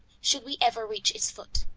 should we ever reach its foot.